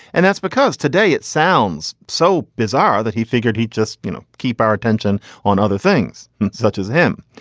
and that's because today it sounds so bizarre that he figured he'd just, you know, keep our attention on other things such as him.